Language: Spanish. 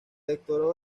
doctoró